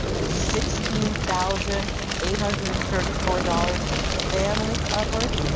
and sixteen thousand eight hundred and thirty four dollars for family coverage?